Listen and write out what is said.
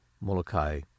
Molokai